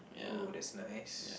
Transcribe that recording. !oo! that's nice